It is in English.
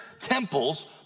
temples